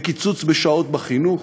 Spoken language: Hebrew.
לקיצוץ בשעות בחינוך,